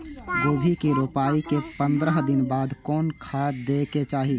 गोभी के रोपाई के पंद्रह दिन बाद कोन खाद दे के चाही?